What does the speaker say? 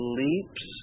leaps